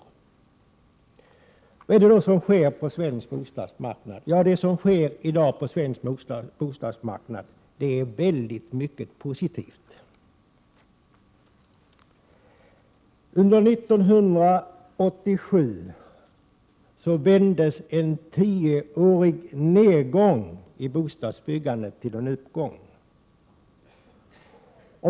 Vad är det då som sker på svensk bostadsmarknad? Jo, det sker väldigt mycket positivt på svensk bostadsmarknad i dag. Under 1987 vändes en tioårig nedgång i bostadsbyggandet till en uppgång.